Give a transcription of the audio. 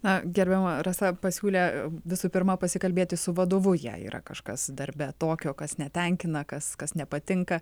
na gerbiama rasa pasiūlė visų pirma pasikalbėti su vadovu jei yra kažkas darbe tokio kas netenkina kas kas nepatinka